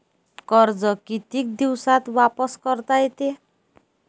कर्ज कितीक दिवसात वापस करता येते?